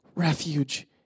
refuge